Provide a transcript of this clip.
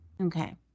Okay